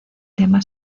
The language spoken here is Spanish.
tema